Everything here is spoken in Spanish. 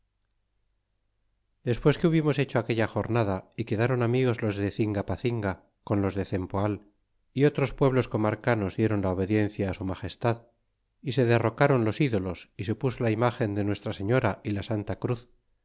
despues que hubimos hecho aquella jornada y quedáron amigos los de cingapacinga con los de cernpoal y otros pueblos comarcanos diéron la obediencia á su magestad y se der rocron los ídolos y se puso la imágen de nuestra señora y la santa cruz